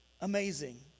amazing